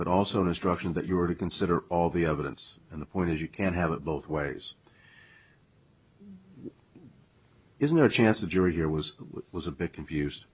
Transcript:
but also an instruction that you were to consider all the evidence and the point is you can't have it both ways isn't a chance a jury here was was a bit confused